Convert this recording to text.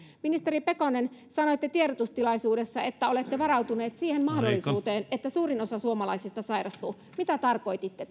ministeri pekonen sanoitte tiedotustilaisuudessa että olette varautuneet siihen mahdollisuuteen että suurin osa suomalaisista sairastuu mitä tarkoititte